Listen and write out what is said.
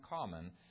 common